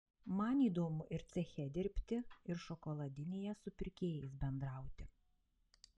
man įdomu ir ceche dirbti ir šokoladinėje su pirkėjais bendrauti